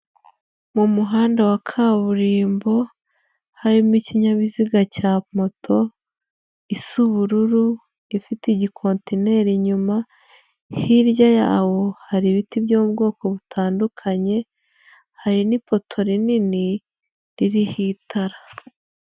Mu muhanda wa kaburimbo harimo ikinyabiziga cya moto isa ubururu, ifite igikonteneri inyuma, hirya yawo hari ibiti byo mu bwoko butandukanye, hari n'ipoto rinini ririho itara.